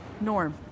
Norm